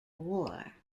war